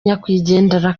nyakwigendera